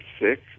sick